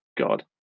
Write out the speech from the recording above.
God